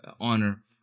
honor